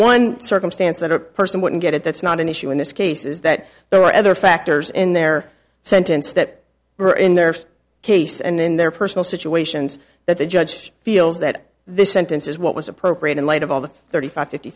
one circumstance that a person wouldn't get at that's not an issue in this case is that there are other factors in their sentence that were in their case and in their personal situations that the judge feels that this sentence is what was appropriate in light of all the thirty five fifty